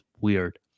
weird